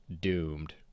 doomed